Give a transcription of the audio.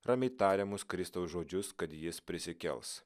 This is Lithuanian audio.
ramiai tariamus kristaus žodžius kad jis prisikels